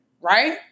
Right